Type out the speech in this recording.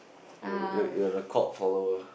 you you you are a cult follower